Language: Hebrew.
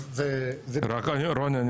רוני,